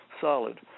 solid